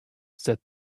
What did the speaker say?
said